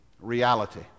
reality